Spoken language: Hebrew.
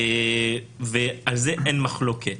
על זה אין מחלוקת.